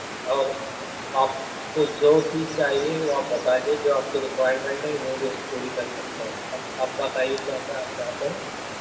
اور آپ کو جو چیز چاہیے وہ آپ بتا دیجیے جو آپ کے رکوائرمنٹ ہے وہ بھی ہم پوری کر سکتے ہیں اب بتائے آپ کیا کیا چاہتے ہیں